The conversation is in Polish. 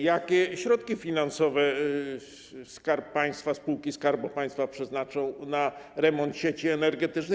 Jakie środki finansowe Skarb Państwa, spółki skarbu państwa przeznaczą na remont sieci energetycznych?